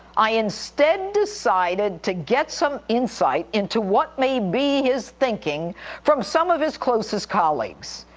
i instead decided to get some insight into what may be his thinking from some of his closest colleagues.